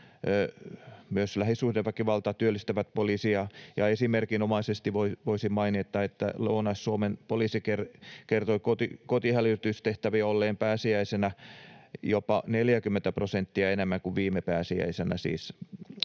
myös lähisuhdeväkivalta, työllistävät poliisia, ja esimerkinomaisesti voisin mainita, että Lounais-Suomen poliisi kertoi kotihälytystehtäviä olleen pääsiäisenä jopa 40 prosenttia enemmän kuin viime pääsiäisenä.